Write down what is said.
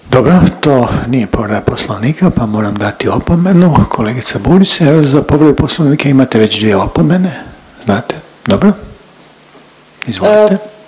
Dobro, to nije povreda Poslovnika, pa vam moram dati opomenu. Kolegica Burić se javila za povredu Poslovnika, imate već dvije opomene, znate? …/Upadica